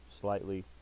slightly